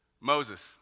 Moses